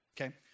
okay